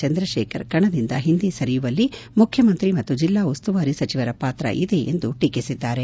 ಚಂದ್ರಶೇಖರ್ ಕಣದಿಂದ ಹಿಂದೆ ಸರಿಯುವಲ್ಲಿ ಮುಖ್ಯಮಂತ್ರಿ ಮತ್ತು ಜಿಲ್ಲಾ ಉಸ್ತುವಾರಿ ಸಚಿವರ ಪಾತ್ರ ಇದೆ ಎಂದು ಟೀಕಿಸಿದ್ದಾರೆ